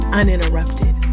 uninterrupted